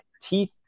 teeth